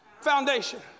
foundation